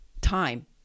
time